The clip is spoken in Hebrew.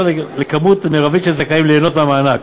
לכמות המרבית של הזכאים ליהנות מהמענק.